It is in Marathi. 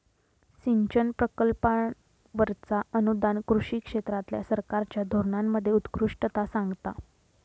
सिंचन प्रकल्पांवरचा अनुदान कृषी क्षेत्रातल्या सरकारच्या धोरणांमध्ये उत्कृष्टता सांगता